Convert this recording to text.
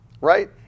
right